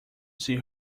seen